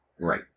Right